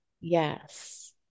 Yes